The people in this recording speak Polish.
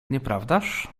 nieprawdaż